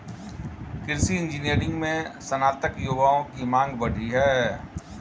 कृषि इंजीनियरिंग में स्नातक युवाओं की मांग बढ़ी है